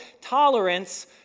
tolerance